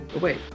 wait